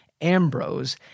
Ambrose